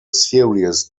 series